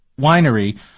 winery